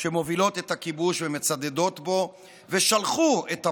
שמובילות את הכיבוש ומצדדות בו ושלחו את הפורעים,